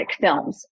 films